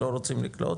לא רוצים לקלוט.